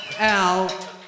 Al